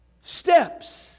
steps